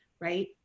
Right